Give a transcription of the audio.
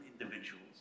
individuals